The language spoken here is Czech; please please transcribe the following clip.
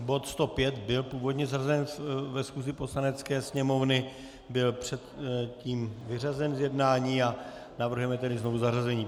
Bod 105 byl původně zařazen ve schůzi Poslanecké sněmovny, byl předtím vyřazen z jednání a navrhujeme tedy znovuzařazení.